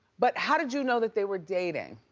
but how did you know that they were dating?